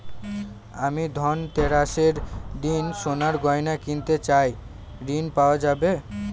আমি ধনতেরাসের দিন সোনার গয়না কিনতে চাই ঝণ পাওয়া যাবে?